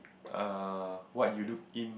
err what you look in